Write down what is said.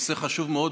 זה נושא חשוב מאוד.